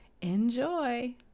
Enjoy